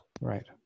Right